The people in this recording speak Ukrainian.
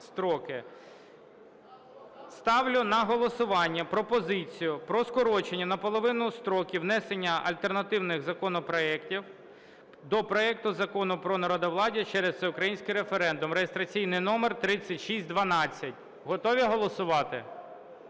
Ставлю на голосування пропозицію про скорочення наполовину строків внесення альтернативних законопроектів до проекту Закону про народовладдя через всеукраїнський референдум (реєстраційний номер 3612). Готові голосувати?